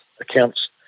accounts